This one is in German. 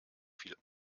viel